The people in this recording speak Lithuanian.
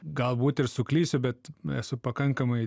galbūt ir suklysiu bet esu pakankamai